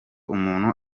umuntu